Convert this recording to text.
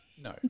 no